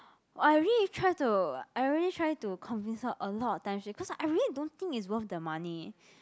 I really tried to I really tried to convince her a lot of time she cause I really don't think is worth the money